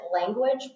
language